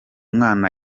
mwana